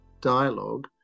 dialogue